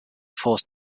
forced